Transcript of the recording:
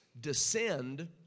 descend